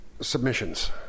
Submissions